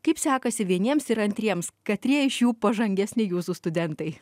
kaip sekasi vieniems ir antriems katrie iš jų pažangesni jūsų studentai